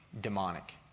demonic